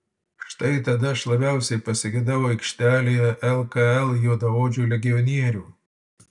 štai tada aš labiausiai pasigedau aikštelėje lkl juodaodžių legionierių